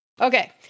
Okay